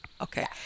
okay